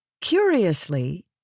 Curiously